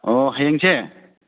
ꯑꯣ ꯍꯌꯦꯡꯁꯦ